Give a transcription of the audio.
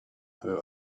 who